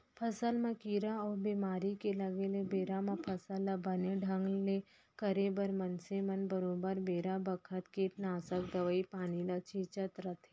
फसल म कीरा अउ बेमारी के लगे ले बेरा म फसल ल बने ढंग ले करे बर मनसे मन बरोबर बेरा बखत कीटनासक दवई पानी ल छींचत रथें